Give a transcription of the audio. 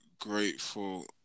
grateful